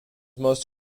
most